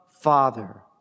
Father